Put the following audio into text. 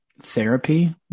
therapy